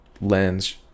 lens